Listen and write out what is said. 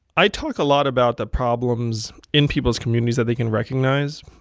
i talk a lot about the problems in people's communities that they can recognize.